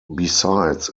besides